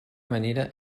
manera